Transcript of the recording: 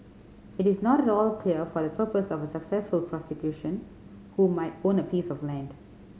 it is not at all clear for the purpose of a successful prosecution who might own a piece of land